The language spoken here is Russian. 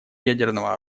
ядерного